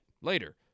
Later